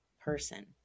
person